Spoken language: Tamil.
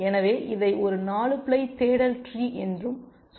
எனவே இதை ஒரு 4 பிளை தேடல் ட்ரீ என்றும் சொல்லலாம்